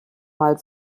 mal